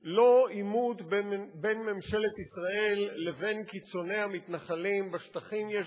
לא עימות בין ממשלת ישראל לבין קיצוני המתנחלים בשטחים יש בפנינו,